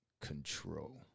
control